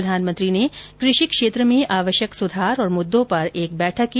प्रधानमंत्री ने कृषि क्षेत्र में आवश्यक सुधार और मुददों पर एक बैठक की